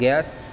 gas